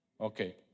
Okay